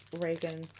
Reagan